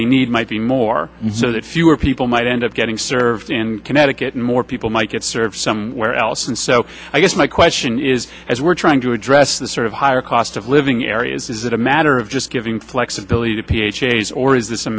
they need might be more so that fewer people might end up getting served in connecticut and more people might get service somewhere else and so i guess my question is as we're trying to address the sort of higher cost of living areas is it a matter of just giving flexibility to ph a's or is this a